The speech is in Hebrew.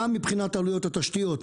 גם מבחינת עלויות התשתיות,